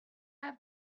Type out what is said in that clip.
have